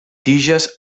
tiges